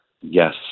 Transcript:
yes